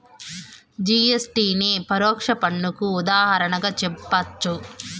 GST నే పరోక్ష పన్నుకు ఉదాహరణగా జెప్పచ్చు